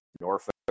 Norfolk